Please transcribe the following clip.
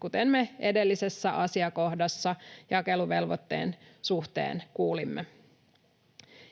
kuten me edellisessä asiakohdassa jakeluvelvoitteen suhteen kuulimme.